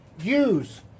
Use